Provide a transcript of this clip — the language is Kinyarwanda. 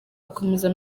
akomeza